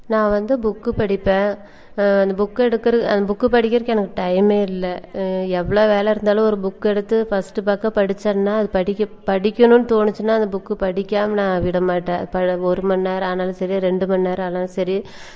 நான் வந்து புக்கு படிப்பேன் அந்த புக்கை எடுக்கிறது அந்த புக்கு படிக்கிறதுக்கு எனக்கு டைமே இல்லை எவ்வளோ வேலை இருந்தாலும் ஒரு புக் எடுத்து ஃபர்ஸ்ட் பக்கம் படித்தேன்னா அது படிக்க படிக்கணும்னு தோணிச்சுன்னா அந்த புக்கு படிக்காமல் நான் விட மாட்டேன் ஒரு மணி நேரம் ஆனாலும் சரி ரெண்டு மணி நேரம் ஆனாலும் சரி